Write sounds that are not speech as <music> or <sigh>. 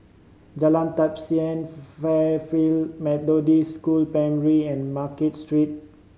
Jalan Tapisan <unintelligible> Fairfield Methodist School Primary and Market Street